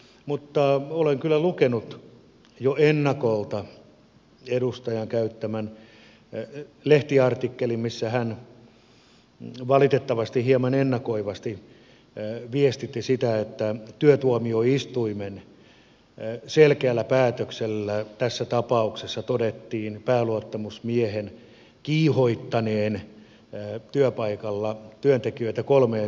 mutta olen kyllä lukenut jo ennakolta edustajan käyttämän lehtiartikkelin missä hän valitettavasti hieman ennakoivasti viestitti sitä että työtuomioistuimen selkeällä päätöksellä tässä tapauksessa todettiin pääluottamusmiehen kiihottaneen työpaikalla työntekijöitä kolmeen laittomaan lakkoon